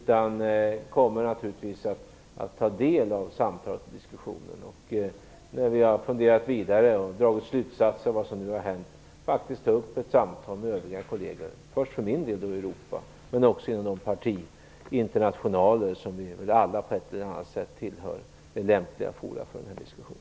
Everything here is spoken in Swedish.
Jag kommer naturligtvis att ta del av samtalet och diskussionen, och när vi har funderat vidare och dragit slutsatser av vad som nu har hänt skall jag faktiskt ta upp ett samtal med övriga kolleger i Europa. Även partiinternationaler, som vi väl alla på ett eller annat sätt tillhör, är lämpliga forum för den här diskussionen.